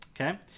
Okay